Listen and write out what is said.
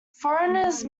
foreigners